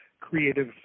creative